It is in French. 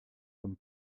comme